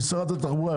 היא שרת התחבורה,